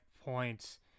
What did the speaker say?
points